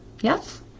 yes